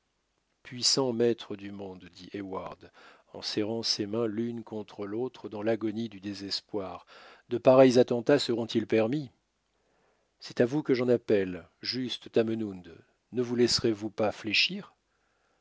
puissant maître du monde dit heyward en serrant ses mains l'une contre l'autre dans i'agonie du désespoir de pareils attentats seront-ils permis c'est à vous que j'en appelle juste tamenund ne vous laisserez-vous pas fléchir